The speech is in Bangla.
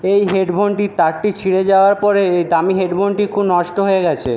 এই হেড ফোনটির তারটি ছিঁড়ে যাওয়ায় পরে এই দামি হেড ফোনটি নষ্ট হয়ে গেছে